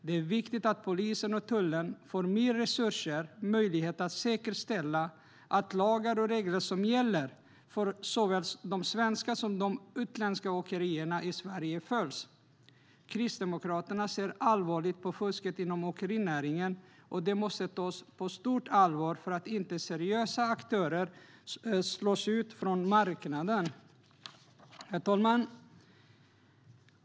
Det är viktigt att polisen och tullen får mer resurser och möjlighet att säkerställa att lagar och regler som gäller för såväl de svenska som de utländska åkerierna i Sverige följs. Kristdemokraterna ser allvarligt på fusket inom åkerinäringen, och det måste tas på stort allvar för att inte seriösa aktörer ska slås ut från marknaden.